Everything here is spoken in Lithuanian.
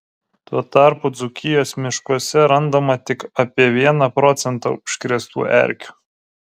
tuo tarpu dzūkijos miškuose randama tik apie vieną procentą užkrėstų erkių